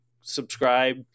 subscribe